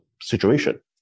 situation